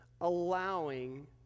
allowing